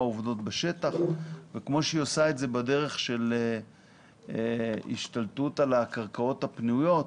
עובדות בשטח וכמו שהיא עושה את זה בדרך כל השתלטות על הקרקעות הפנויות,